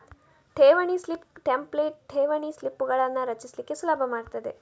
ಠೇವಣಿ slip template ಠೇವಣಿ ಸ್ಲಿಪ್ಪುಗಳನ್ನ ರಚಿಸ್ಲಿಕ್ಕೆ ಸುಲಭ ಮಾಡ್ತದೆ